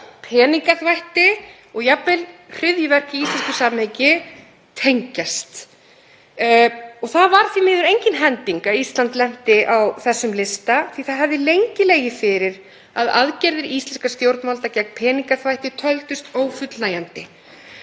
peningaþvætti og jafnvel hryðjuverk í íslensku samhengi tengjast. Það var því miður engin hending að Ísland lenti á þessum lista því að það hefur lengi legið fyrir að aðgerðir íslenskra stjórnvalda gegn peningaþvætti teljist ófullnægjandi.